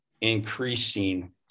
increasing